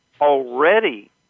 already